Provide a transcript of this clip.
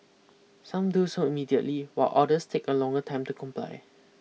some do so immediately while others take a longer time to comply